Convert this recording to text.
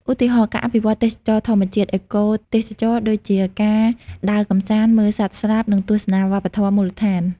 ឧទាហរណ៍ ការអភិវឌ្ឍទេសចរណ៍ធម្មជាតិ អេកូទេសចរណ៍ ដូចជាការដើរកម្សាន្ត មើលសត្វស្លាប និងទស្សនាវប្បធម៌មូលដ្ឋាន។